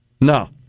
No